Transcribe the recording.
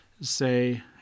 Say